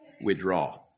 withdraw